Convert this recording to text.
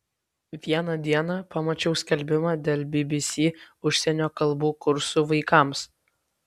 vieną dieną pamačiau skelbimą dėl bbc užsienio kalbų kursų vaikams